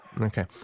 Okay